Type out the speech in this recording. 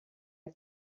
qui